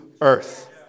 earth